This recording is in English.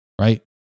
right